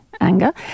anger